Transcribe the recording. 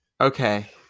Okay